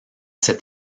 cet